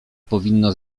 powinno